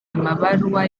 amabaruwa